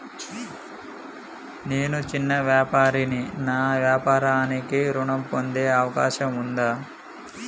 నేను చిన్న వ్యాపారిని నా వ్యాపారానికి ఋణం పొందే అవకాశం ఉందా?